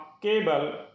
cable